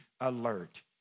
alert